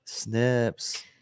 snips